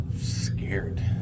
scared